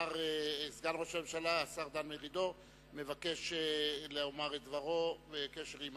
סגן ראש הממשלה השר דן מרידור מבקש לומר את דברו בדיון.